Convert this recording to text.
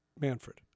Manfred